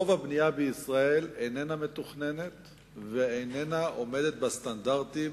רוב הבנייה בישראל איננה מתוכננת ואיננה עומדת בסטנדרטים